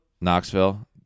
Knoxville